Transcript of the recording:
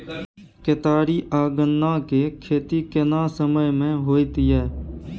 केतारी आ गन्ना के खेती केना समय में होयत या?